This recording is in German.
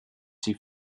sie